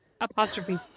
Apostrophe